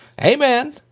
Amen